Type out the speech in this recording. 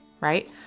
Right